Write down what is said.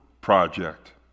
project